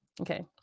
Okay